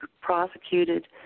prosecuted